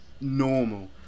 normal